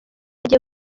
agiye